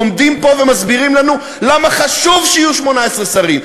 עומדים פה ומסבירים לנו למה חשוב שיהיו 18 שרים,